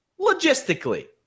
Logistically